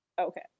okay